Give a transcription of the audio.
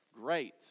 great